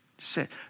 Sit